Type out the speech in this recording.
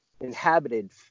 inhabited